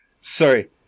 Sorry